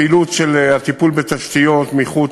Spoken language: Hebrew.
הפעילות של הטיפול בתשתיות מחוץ,